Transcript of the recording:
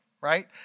right